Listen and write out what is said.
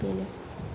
बेनो